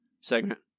segment